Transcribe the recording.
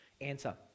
answer